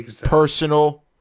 personal